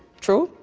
true.